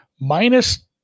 Minus